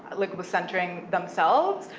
like was centering themselves,